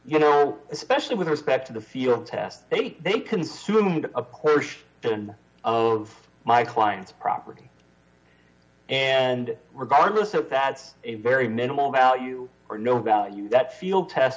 you know especially with respect to the field test they consume a quarter of my client's property and regardless so that's a very minimal value or no value that field tests